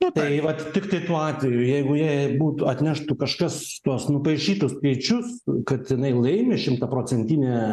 nu tai vat tiktai tuo atveju jeigu jai būtų atneštų kažkas tuos nupaišytus skaičius kad jinai laimi šimtaprocentinę